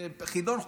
חידון חופשי.